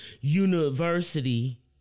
university